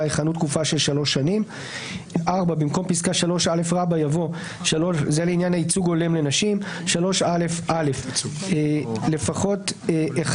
יכהנו תקופה של שלוש שנים."; במקום פסקה (3א) יבוא: "3(א) (א) לפחות אחד